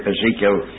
Ezekiel